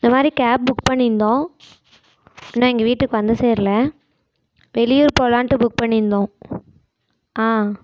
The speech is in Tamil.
இந்த மாதிரி கேப் புக் பண்ணியிருந்தோம் இன்னும் எங்கள் வீட்டுக்கு வந்துசேரலை வெளியூர் போகலான்ட்டு புக் பண்ணியிருந்தோம் ஆ